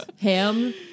ham